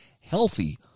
healthy